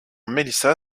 melissa